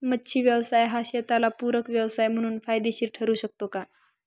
मच्छी व्यवसाय हा शेताला पूरक व्यवसाय म्हणून फायदेशीर ठरु शकतो का?